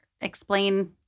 explain